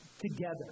together